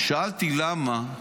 שאלתי: למה?